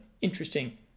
interesting